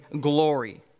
glory